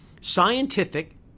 scientific